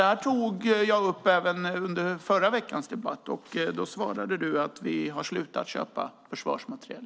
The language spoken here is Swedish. Detta tog jag upp även i förra veckans debatt. Då svarade du att vi har slutat köpa försvarsmateriel.